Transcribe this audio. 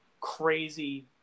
crazy